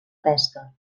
pesca